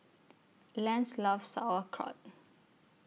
Lance loves Sauerkraut